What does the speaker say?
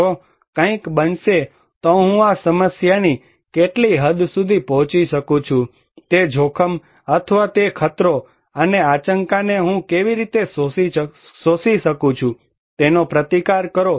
જો કંઇક બનશે તો હું આ સમસ્યાની કેટલી હદ સુધી પહોંચી શકું છું તે જોખમ અથવા તે ખતરો અને આંચકાને હું કેવી રીતે શોષી શકું છું તેનો પ્રતિકાર કરો